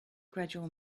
gradual